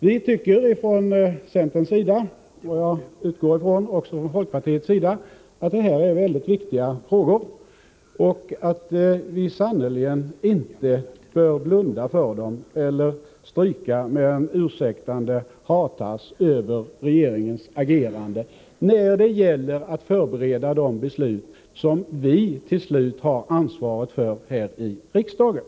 Vi tycker från centerns sida — och jag utgår från att det också är folkpartiets uppfattning — att detta är mycket viktiga frågor. Vi bör sannerligen inte blunda för dem eller stryka med en ursäktande hartass över regeringens agerande när det gäller att förbereda de beslut som vi slutligen har ansvar för här i riksdagen.